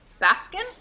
Baskin